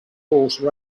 horse